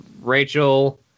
Rachel